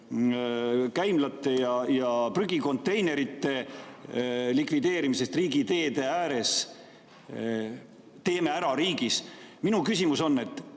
käimlate ja prügikonteinerite likvideerimisest riigiteede ääres selles teeme-ära‑riigis. Minu küsimus on: